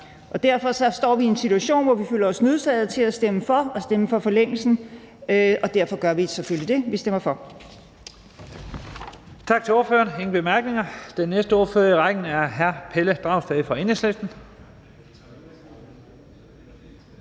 Derfor står vi i en situation, hvor vi føler os nødsaget til at stemme for forlængelsen, og derfor gør vi selvfølgelig det. Vi stemmer for.